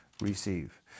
receive